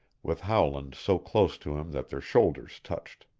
with howland so close to him that their shoulders touched.